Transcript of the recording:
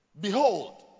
behold